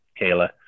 Kayla